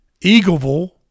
Eagleville